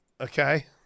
okay